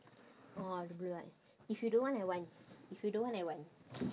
orh I'll be like if you don't want I want if you don't want I want